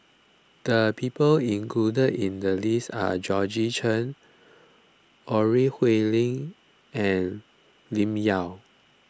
the people included in the list are Georgette Chen Ore Huiying and Lim Yau